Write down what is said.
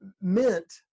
meant